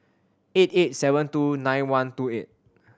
eight eight seven two nine one two eight